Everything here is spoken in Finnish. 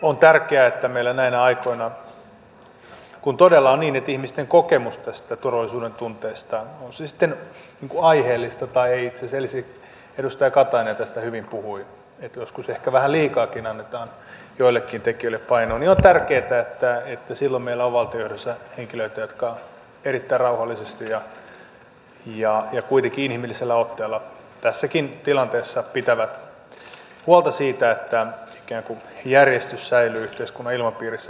on tärkeää että meillä näinä aikoina kun todella on niin että ihmisten kokemus turvallisuudentunteesta heikkenee on se sitten aiheellista tai ei itse asiassa edustaja elsi katainen tästä hyvin puhui että joskus ehkä vähän liikaakin annetaan joillekin tekijöille painoa on tärkeätä että että sillä meillä valtion johdossa henkilöitä jotka erittäin rauhallisesti ja kuitenkin inhimillisellä otteella tässäkin tilanteessa pitävät huolta siitä että ikään kuin järjestys säilyy myös yhteiskunnan ilmapiirissä